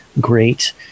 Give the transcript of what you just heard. Great